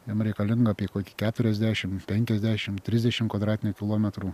jam reikalinga apie kokį keturiasdešim penkiasdešim trisdešim kvadratinių kilometrų